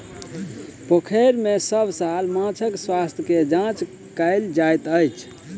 पोखैर में सभ साल माँछक स्वास्थ्य के जांच कएल जाइत अछि